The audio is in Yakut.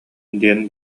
диэн